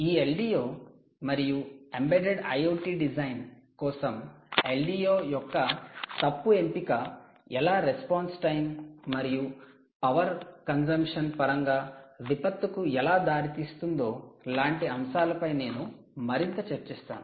ఈ LDO మరియు embedded IoT design కోసం LDO యొక్క తప్పు ఎంపిక ఎలా రెస్పాన్స్ టైం మరియు పవర్ కంసంప్షన్ పరంగా విపత్తుకు ఎలా దారితీస్తుందో లాంటి అంశాలపై నేను మరింత చర్చిస్తాను